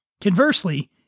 Conversely